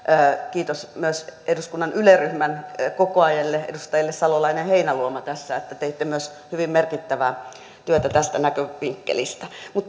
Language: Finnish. kiitos myös eduskunnan yle ryhmän kokoajille edustajille salolainen ja heinäluoma tässä että teitte myös hyvin merkittävää työtä tästä näkövinkkelistä